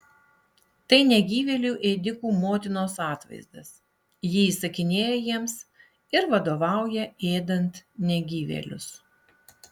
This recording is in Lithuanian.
tai negyvėlių ėdikų motinos atvaizdas ji įsakinėja jiems ir vadovauja ėdant negyvėlius